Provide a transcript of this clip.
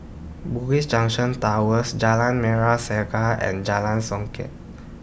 Bugis Junction Towers Jalan Merah Saga and Jalan Songket